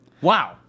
Wow